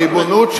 הריבונות שלנו,